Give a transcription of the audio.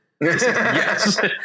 Yes